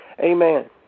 Amen